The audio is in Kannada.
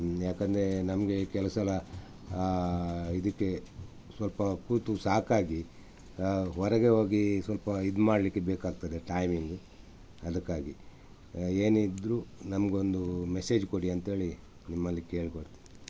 ಯಾಕಂದ್ರೆ ನಮಗೆ ಕೆಲವು ಸಲ ಇದಕ್ಕೆ ಸ್ವಲ್ಪ ಕೂತು ಸಾಕಾಗಿ ಹೊರಗೆ ಹೋಗಿ ಸ್ವಲ್ಪ ಇದು ಮಾಡಲಿಕ್ಕೆ ಬೇಕಾಗ್ತದೆ ಟಾಯ್ಮಿಂಗ್ ಅದಕ್ಕಾಗಿ ಏನಿದ್ದರು ನಮ್ಗೊಂದು ಮೆಸೇಜ್ ಕೊಡಿ ಅಂತೇಳಿ ನಿಮ್ಮಲ್ಲಿ ಕೇಳಿಕೊಳ್ತೆನೆ